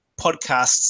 podcasts